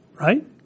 Right